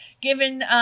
given